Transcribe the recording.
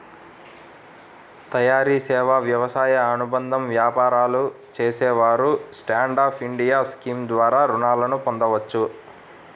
తయారీ, సేవా, వ్యవసాయ అనుబంధ వ్యాపారాలు చేసేవారు స్టాండ్ అప్ ఇండియా స్కీమ్ ద్వారా రుణాలను పొందవచ్చు